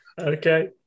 Okay